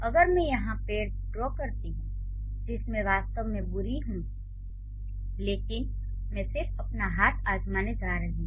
अगर मैं यहां पेड़ ड्रॉ करती हूं जिसमे मैं वास्तव में बुरी हूं लेकिन मैं सिर्फ अपना हाथ आजमाने जा रही हूं